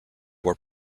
were